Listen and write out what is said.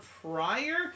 prior